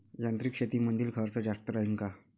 यांत्रिक शेतीमंदील खर्च जास्त राहीन का?